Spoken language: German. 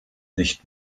nicht